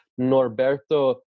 Norberto